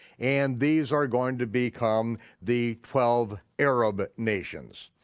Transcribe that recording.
and these are going to become the twelve arab nations.